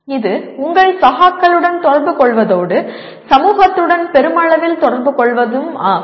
இது உங்கள் சகாக்களுடன் தொடர்புகொள்வதோடு சமூகத்துடன் பெருமளவில் தொடர்புகொள்வதும் ஆகும்